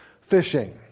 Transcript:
fishing